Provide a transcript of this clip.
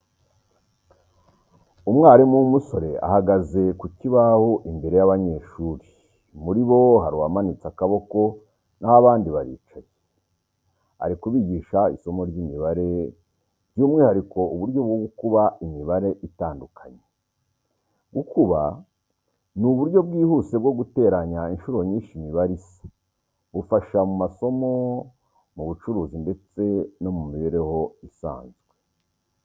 Umwarimu w'umusore ahagaze ku kibaho imbere y'abanyeshuri muri bo hari uwamanitse akaboko naho abandi baricaye. Ari kubigisha isomo ry'imibare, by'umwihariko uburyo bwo gukuba imibare itandukanye. Gukuba ni uburyo bwihuse bwo guteranya inshuro nyinshi imibare isa, bufasha mu masomo, mu bucuruzi, ndetse no mu mibereho isanzwe.